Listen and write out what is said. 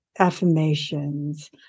affirmations